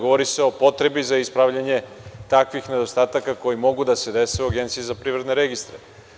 Govori se o potrebi za ispravljanje takvih nedostataka koji mogu da se desi u Agenciji za privredne registre.